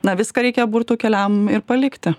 na viską reikia burtų keliam ir palikti